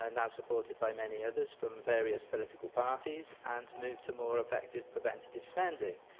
and now supported by many others from various political parties, and move to more effective preventative spending,